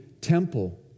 temple